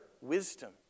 wisdom